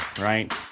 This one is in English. right